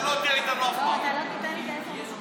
ואתה לא תהיה איתנו אף פעם.